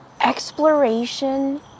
exploration